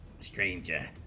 stranger